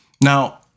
Now